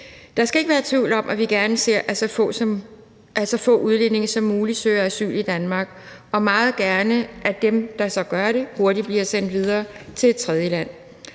Der skal ikke være tvivl om, at vi gerne ser, at så få udlændinge som muligt søger asyl i Danmark, og at vi meget gerne ser, at dem, der så gør det, hurtigt bliver sendt videre til et tredje land.